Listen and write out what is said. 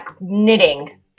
Knitting